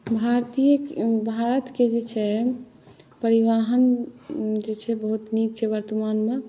भारतीय भारतके जे छै परिवहन जे छै बहुत नीक छै वर्तमानमे